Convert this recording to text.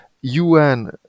UN